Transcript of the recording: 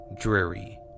dreary